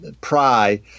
pry